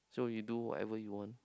so you do whatever you want